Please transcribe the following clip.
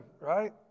right